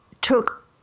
took